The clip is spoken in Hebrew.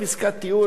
עסקת טיעון,